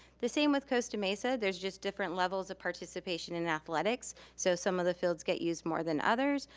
the same with costa mesa, there's just different levels of participation in athletics, so some of the fields get used more than others.